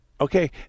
Okay